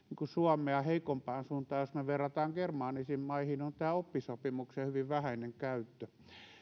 suomea heikompaan suuntaan jos verrataan germaanisiin maihin on tämä oppisopimuksen hyvin vähäinen käyttö